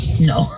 No